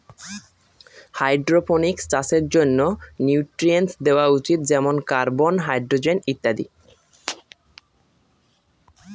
hydroponics চাষের জন্য nutrients দেওয়া উচিত যেমন কার্বন, হাইড্রজেন ইত্যাদি